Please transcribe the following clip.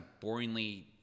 boringly